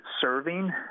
serving